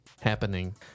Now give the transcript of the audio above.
happening